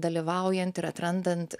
dalyvaujant ir atrandant